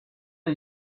are